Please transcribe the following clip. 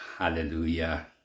Hallelujah